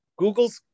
Googles